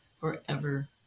forever